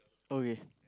okay